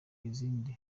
izindi